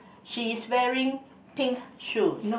she is wearing pink shoes